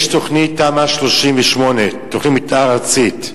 יש תמ"א 38, תוכנית מיתאר ארצית,